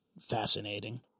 fascinating